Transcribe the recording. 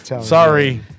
sorry